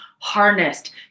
harnessed